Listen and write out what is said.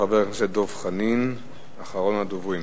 חבר הכנסת דב חנין הוא אחרון הדוברים.